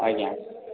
ଆଜ୍ଞା